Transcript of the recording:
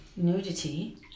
Nudity